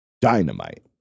Dynamite